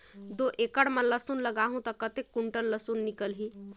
दो एकड़ मां लसुन लगाहूं ता कतेक कुंटल लसुन निकल ही?